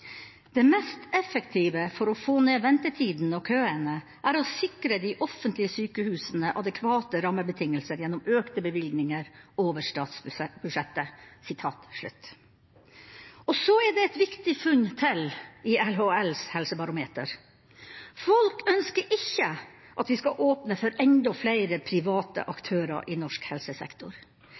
mest effektive tiltaket for å få ned ventetidene og køene er å sikre de offentlige sykehusene adekvate rammebetingelser gjennom økte bevilgninger over statsbudsjettet.» Så er det et viktig funn til i LHLs helsebarometer: Folk ønsker ikke at vi skal åpne for enda flere private aktører i norsk helsesektor.